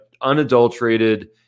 unadulterated